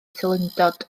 teilyngdod